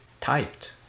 typed